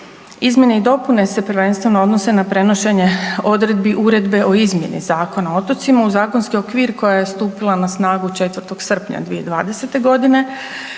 Izmjene i dopune se prvenstveno odnose na prenošenje odredbi Uredbe o izmjeni Zakona o otocima u zakonski okvir koja je stupila na snagu 4. srpnja 2020.g..